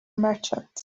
merchant